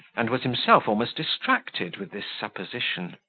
and was himself almost distracted with this supposition.